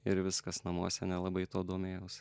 ir viskas namuose nelabai tuo domėjausi